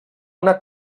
una